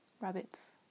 rabbits